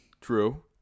True